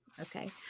okay